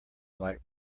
like